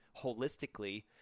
holistically